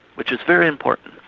which is very important.